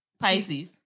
Pisces